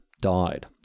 died